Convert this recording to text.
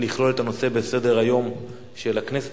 לכלול את הנושא בסדר-היום של הכנסת,